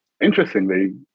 Interestingly